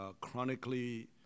chronically